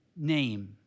name